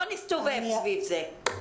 לא להסתובב סביב זה.